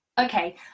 okay